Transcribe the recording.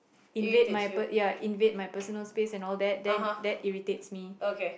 invade my per~ ya invade my personal space and all that then that irritates me